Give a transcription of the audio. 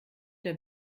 der